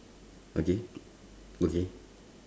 okay okay